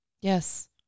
yes